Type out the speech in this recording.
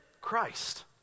Christ